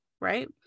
right